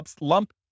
lump